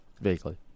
vaguely